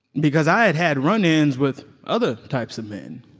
because i had had run-ins with other types of men